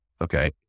okay